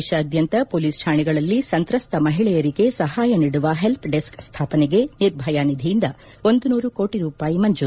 ದೇಶಾದ್ಲಂತ police ಠಾಣೆಗಳಲ್ಲಿ ಸಂತ್ರಸ್ತ ಮಹಿಳೆಯರಿಗೆ ಸಹಾಯ ನೀಡುವ ಹೆಲ್ಪ್ ಡೆಸ್ತ್ ಸ್ಹಾಪನೆಗೆ ನಿರ್ಭಯಾ ನಿಧಿಯಿಂದ ಒಂದುನೂರು ಕೋಟಿ ರೂಪಾಯಿ ಮಂಜೂರು